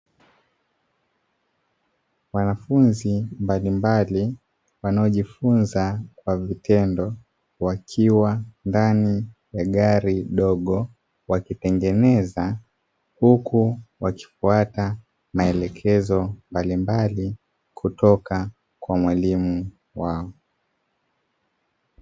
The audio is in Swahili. Wanafunzi mbalimbali wanaojifunza kwa vitendo wakiwa ndani ya gari dogo wakitengeneza, huku wakifata maelekezo mbalimbali kutoka kwa mwalimu wao.